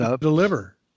deliver